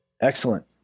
Excellent